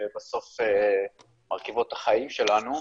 הם העלו את הנושאים,